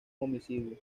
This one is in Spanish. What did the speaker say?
homicidio